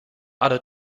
other